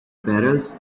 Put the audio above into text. barrels